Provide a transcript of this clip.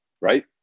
right